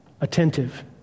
attentive